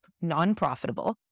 non-profitable